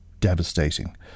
devastating